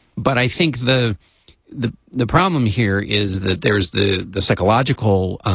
but i think the the the problem here is that there is the the psychological